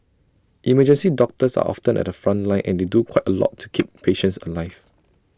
emergency doctors are often at the front line and they do quite A lot to keep patients alive